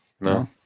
no